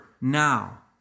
now